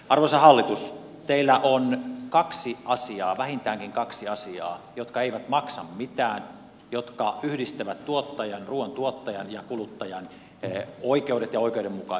arvoisa hallitus teillä on kaksi asiaa vähintäänkin kaksi asiaa jotka eivät maksa mitään jotka yhdistävät ruuan tuottajan ja kuluttajan oikeudet ja oikeudenmukaisuuden